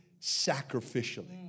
sacrificially